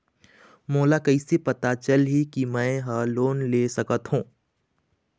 मोला कइसे पता चलही कि मैं ह लोन ले सकथों?